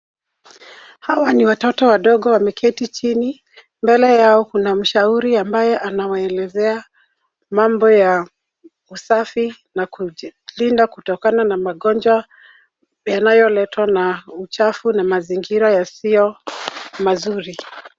Hawa ni watoto wadogo wameketi chini. Mbele yao kuna mshauri ambaye anawaelezea mambo ya usafi na kujilinda kutokana na magonjwa yanayoletwa na uchafu na mazingira yasiyo mazuri.